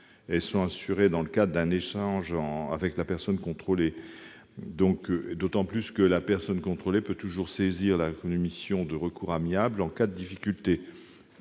Elles sont assurées dans le cadre d'un échange avec la personne contrôlée, d'autant que cette dernière peut toujours saisir la commission de recours amiable en cas de difficulté.